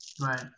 Right